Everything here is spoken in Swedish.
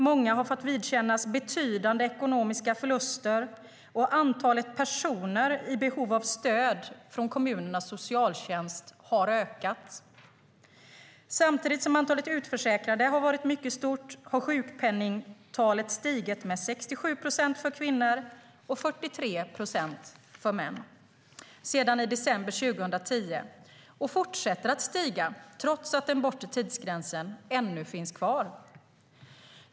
Många har fått vidkännas betydande ekonomiska förluster, och antalet personer i behov av stöd från kommunernas socialtjänst har ökat. Samtidigt som antalet utförsäkrade har varit mycket stort har sjukpenningtalet stigit med 67 procent för kvinnor och 43 procent för män sedan december 2010, och det fortsätter att stiga, trots att den bortre tidsgränsen ännu finns kvar.